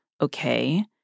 okay